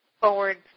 forward